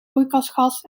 broeikasgas